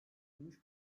gümüş